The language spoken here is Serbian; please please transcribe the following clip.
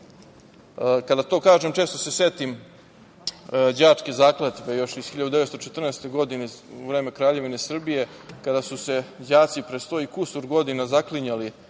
to kažem, često se setim đačke zakletve još iz 1914. godine, iz vremena Kraljevine Srbije, kada su se đaci pre sto i kusur godina zaklinjali